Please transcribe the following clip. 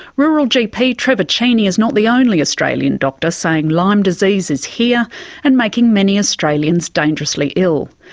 rural gp trevor cheney is not the only australian doctor saying lyme disease is here and making many australians dangerously ill.